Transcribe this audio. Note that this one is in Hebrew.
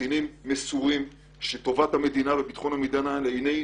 קצינים מסורים שטובת המדינה וביטחון המדינה לנגד